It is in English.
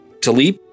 Talib